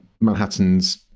Manhattan's